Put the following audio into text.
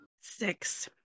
Six